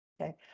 Okay